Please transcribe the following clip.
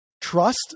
trust